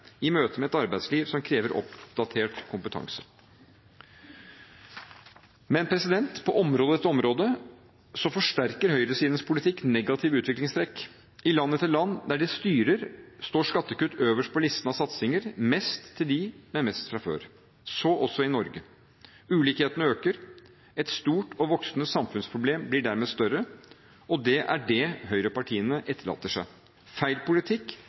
i møte med et arbeidsliv som krever oppdatert kompetanse Men på område etter område forsterker høyresidens politikk negative utviklingstrekk. I land etter land der de styrer, står skattekutt øverst på listen av satsinger, mest til dem med mest fra før – så også i Norge. Ulikhetene øker. Et stort og voksende samfunnsproblem blir dermed større. Det er det høyrepartiene etterlater seg: feil politikk